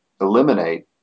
eliminate